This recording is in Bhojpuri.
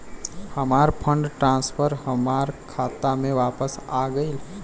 हमार फंड ट्रांसफर हमार खाता में वापस आ गइल